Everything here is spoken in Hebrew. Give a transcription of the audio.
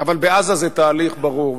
אבל בעזה זה תהליך ברור.